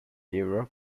europe